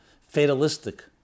fatalistic